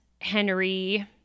Henry